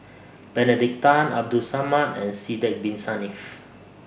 Benedict Tan Abdul Samad and Sidek Bin Saniff